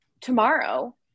tomorrow